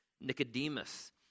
Nicodemus